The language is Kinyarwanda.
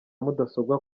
mudasobwa